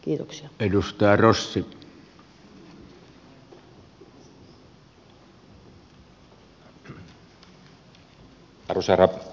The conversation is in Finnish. arvoisa herra puhemies